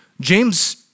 James